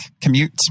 commute